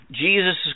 Jesus